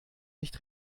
nicht